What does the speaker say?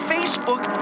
Facebook